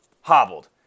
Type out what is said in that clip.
hobbled